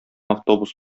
автобус